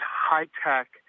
high-tech